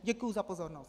Děkuji za pozornost.